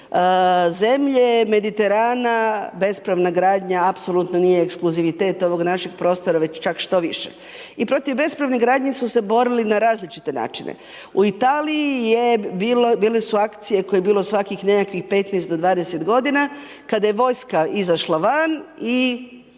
zemlje Mediterana, bespravna gradnja, apsolutno nije eksluzivitet ovog našeg prostora već čak štoviše. I protiv bespravne gradnje su se borili na različite načine. U Italiji su bile akcije, koje je bilo svakih nekih 15-20 g. kada je vojska izašla van i